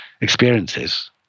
experiences